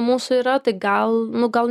mūsų yra tai gal nu gal